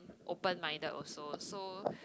open minded also so